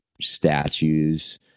statues